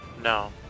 No